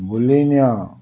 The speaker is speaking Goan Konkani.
बोलीनीया